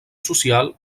social